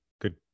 Good